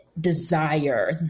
desire